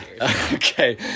Okay